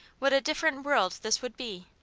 what a different world this would be!